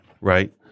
right